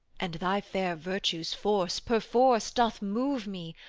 and thy fair virtue's force perforce doth move me,